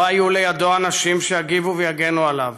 לא היו לידו אנשים שיגיבו ויגנו עליו,